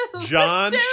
John